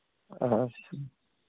ᱟᱪᱪᱷᱟ